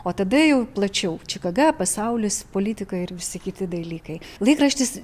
o tada jau plačiau čikaga pasaulis politika ir visi kiti dalykai laikraštis